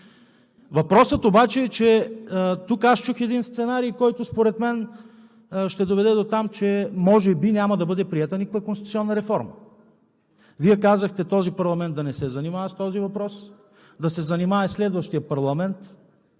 Въпросът обаче е, че тук аз чух един сценарий, който според мен ще доведе дотам, че може би няма да бъде приета никаква конституционна реформа. Вие казахте този парламент да не се занимава с този въпрос, да се занимае следващият парламент.